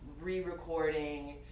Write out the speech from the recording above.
re-recording